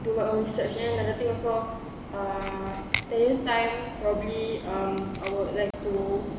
to work on research and another thing also uh ten years time probably um I would like to